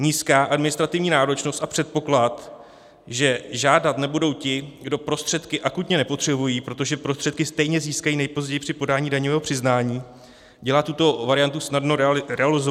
Nízká administrativní náročnost a předpoklad, že žádat nebudou ti, kdo prostředky akutně nepotřebují, protože prostředky stejně získají nejpozději při podání daňového přiznání, dělá tuto variantu snadno realizovatelnou.